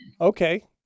okay